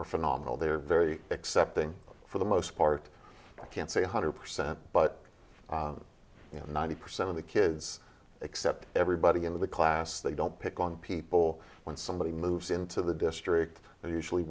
are phenomenal they are very accepting for the most part i can't say one hundred percent but you know ninety percent of the kids except everybody in the class they don't pick on people when somebody moves into the district they're usually